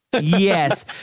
Yes